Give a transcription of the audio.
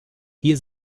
hier